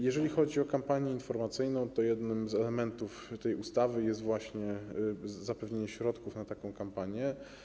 Jeżeli chodzi o kampanię informacyjną, to jednym z elementów tej ustawy jest zapewnienie środków na kampanię.